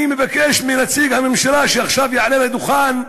אני מבקש מנציג הממשלה שעכשיו יעלה לדוכן,